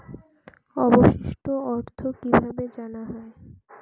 অবশিষ্ট অর্থ কিভাবে জানা হয়?